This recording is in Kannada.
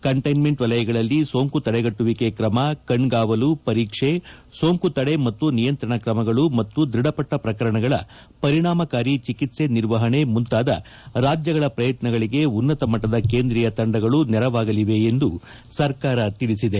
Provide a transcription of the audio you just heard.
ಕಂಟ್ಟಿನ್ಮೆಂಟ್ ವಲಯಗಳಲ್ಲಿ ಸೋಂಕು ತಡೆಗಟ್ಟುವಿಕೆ ಕ್ರಮ ಕಣ್ಗಾವಲು ಪರೀಕ್ಷೆ ಸೋಂಕು ತಡೆ ಮತ್ತು ನಿಯಂತ್ರಣ ಕ್ರಮಗಳು ಮತ್ತು ದೃಢಪಟ್ನ ಪ್ರಕರಣಗಳ ಪರಿಣಾಮಕಾರಿ ಚಿಕಿತ್ಸೆ ನಿರ್ವಹಣೆ ಮುಂತಾದ ರಾಜ್ಯಗಳ ಪ್ರಯತ್ನಗಳಿಗೆ ಉನ್ನತ ಮಟ್ಟದ ಕೇಂದ್ರೀಯ ತಂಡಗಳು ನೆರವಾಗಲಿವೆ ಎಂದು ಸರ್ಕಾರ ತಿಳಿಸಿದೆ